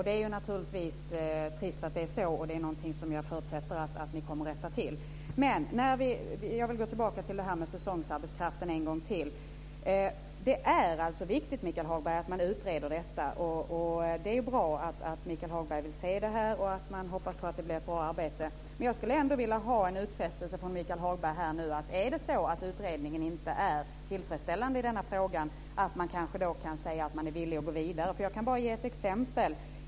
Det är naturligtvis trist att det är så, och det är någonting som jag förutsätter att ni kommer att rätta till. Jag vill gå tillbaka till det här med säsongsarbetskraften en gång till. Det är viktigt, Michael Hagberg, att man utreder detta. Det är bra att Michael Hagberg vill se det här. Det är bra att man hoppas på att det blir ett bra arbete. Men jag skulle ändå vilja ha en utfästelse från Michael Hagberg. Är det så att utredningen inte är tillfredsställande i denna fråga kanske man kan säga att man är villig att gå vidare. Jag kan ge ett exempel.